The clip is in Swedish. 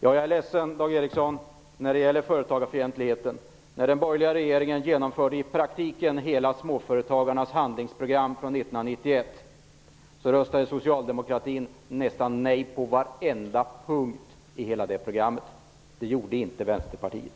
Jag är ledsen, Dag Ericson, i fråga om företagarfientligheten. När den borgerliga regeringen genomförde i praktiken hela småföretagarnas handlingsprogram från 1991 röstade socialdemokraterna nej på nästan varenda punkt. Det gjorde inte Vänsterpartiet.